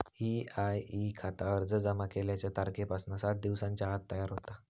EIE खाता अर्ज जमा केल्याच्या तारखेपासना सात दिवसांच्या आत तयार होता